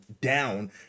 down